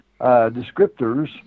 descriptors